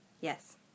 Yes